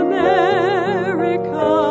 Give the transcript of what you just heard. America